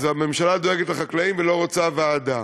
אז הממשלה דואגת לחקלאים ולא רוצה ועדה.